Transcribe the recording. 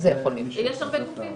יש הרבה גופים